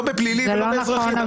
לא בפלילי ולא באזרחי.